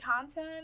content